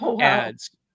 ads